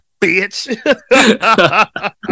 bitch